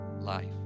Life